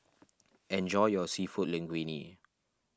enjoy your Seafood Linguine